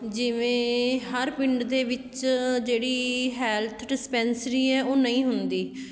ਜਿਵੇਂ ਹਰ ਪਿੰਡ ਦੇ ਵਿੱਚ ਜਿਹੜੀ ਹੈਲਥ ਡਿਸਪੈਂਸਰੀ ਹੈ ਉਹ ਨਹੀਂ ਹੁੰਦੀ